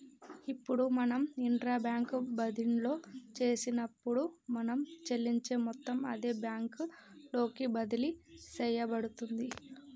ఇప్పుడు మనం intra bank బదిన్లో చేసినప్పుడు మనం చెల్లించే మొత్తం అదే బ్యాంకు లోకి బదిలి సేయబడుతుంది